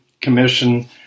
commission